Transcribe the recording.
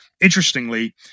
Interestingly